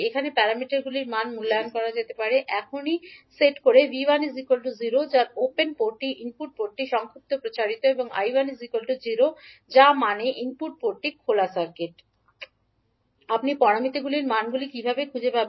এখানে প্যারামিটারগুলির মানটি মূল্যায়ন করা যেতে পারে এখনই সেট করে 𝐕1 0 যার অর্থ ওপেন পোর্টটি ইনপুট পোর্টটি সংক্ষিপ্ত প্রচারিত এবং 𝐈1 0 যা মানে ইনপুট পোর্ট খোলা সার্কিট আপনি প্যারামিটারগুলির মানগুলি কীভাবে খুঁজে পাবেন